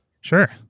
Sure